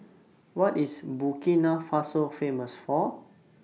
What IS Burkina Faso Famous For